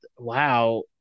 Wow